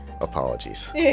Apologies